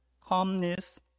calmness